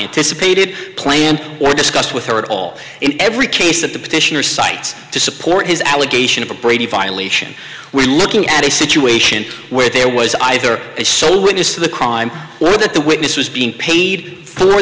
anticipated planned or discussed with her at all in every case that the petitioner cites to support his allegation of a brady violation we're looking at a situation where there was either a sole witness to the crime or that the witness was being paid for